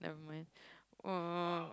never mind uh